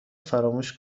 فراموش